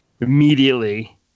immediately